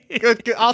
Good